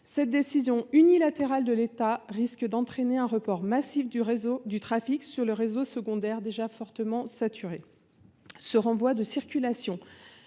cette décision unilatérale de l’État risque d’entraîner un report massif du trafic sur le réseau secondaire, déjà fortement saturé. Ce renvoi de circulation